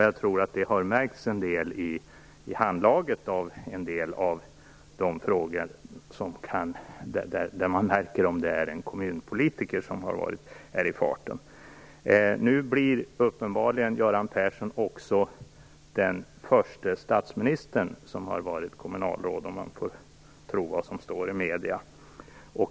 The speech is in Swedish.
Jag tror att det har märkts en del i handlaget i en del av de frågor där man märker om det är en kommunpolitiker som är i farten. Nu blir uppenbarligen Göran Persson också den förste statsministern som har varit kommunalråd - om man får tro vad som står i medierna.